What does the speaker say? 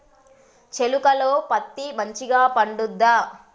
చేలుక లో పత్తి మంచిగా పండుద్దా?